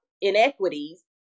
inequities